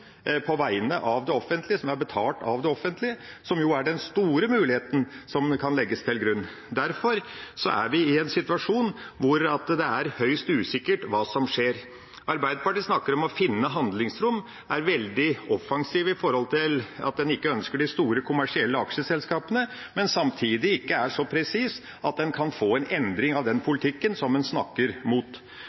på vegne av det offentlige, som er betalt av det offentlige, som jo er den store muligheten som kan legges til grunn. Derfor er vi i en situasjon hvor det er høyst usikkert hva som skjer. Arbeiderpartiet snakker om å finne handlingsrom, er veldig offensivt når det gjelder at en ikke ønsker de store kommersielle aksjeselskapene, men er ikke samtidig så presist at en kan få en endring av den politikken som en snakker mot.